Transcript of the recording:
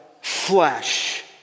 flesh